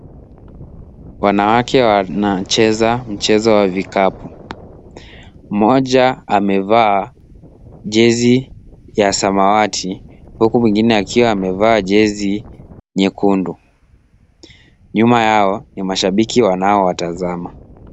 Wanawake wanacheza mchezo wa vikapu. Mmoja amevaa jezi ya samawati huku mwingine akiwa amevaa jezi nyekundu. Nyuma yao ni mashabiki wanaowatazama.